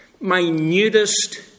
minutest